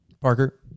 Parker